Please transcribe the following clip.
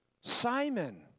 Simon